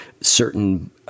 certain